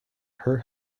her